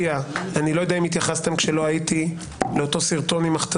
אני מבקש מכל חברי הכנסת, לאפשר למשטרה לסיים.